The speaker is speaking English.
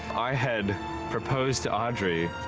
i had proposed to audrey,